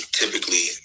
typically